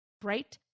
bright